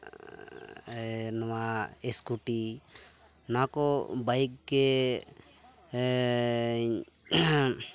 ᱱᱚᱣᱟ ᱤᱥᱠᱩᱴᱤ ᱱᱚᱣᱟ ᱠᱚ ᱵᱟᱭᱤᱠ ᱜᱮ